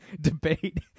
debate